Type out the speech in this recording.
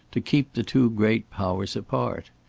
to keep the two great powers apart.